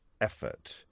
effort